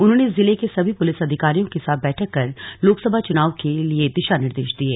उन्होंने जिले के सभी पुलिस अधिकारियों के साथ बैठक कर लोकसभा चुनाव के लिए दिशा निर्देश दिये